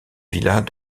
villas